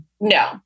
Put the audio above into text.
no